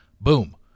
boom